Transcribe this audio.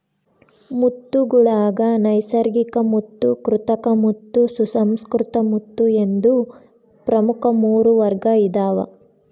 ಮುತ್ತುಗುಳಾಗ ನೈಸರ್ಗಿಕಮುತ್ತು ಕೃತಕಮುತ್ತು ಸುಸಂಸ್ಕೃತ ಮುತ್ತು ಎಂದು ಪ್ರಮುಖ ಮೂರು ವರ್ಗ ಇದಾವ